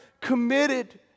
committed